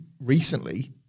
recently